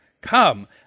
Come